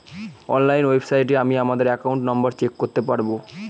online ওয়েবসাইটে আমি আমাদের একাউন্ট নম্বর চেক করতে পারবো